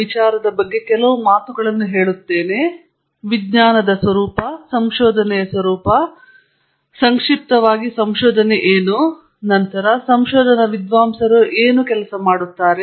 ವಿಜ್ಞಾನದ ಸ್ವರೂಪ ಸಂಶೋಧನೆಯ ಸ್ವರೂಪ ಸಂಕ್ಷಿಪ್ತವಾಗಿ ಸಂಶೋಧನೆ ಏನು ನಂತರ ಸಂಶೋಧನಾ ವಿದ್ವಾಂಸರು ಏನು ಕೆಲಸ ಮಾಡುತ್ತಾರೆ